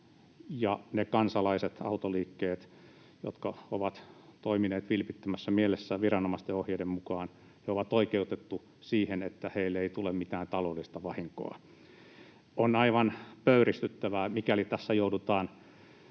ne kansalaiset ja autoliikkeet, jotka ovat toimineet vilpittömässä mielessä viranomaisten ohjeiden mukaan, ovat oikeutettuja siihen, että heille ei tule mitään taloudellista vahinkoa. On aivan pöyristyttävää, mikäli tässä joudutaan